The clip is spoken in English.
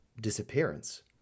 Disappearance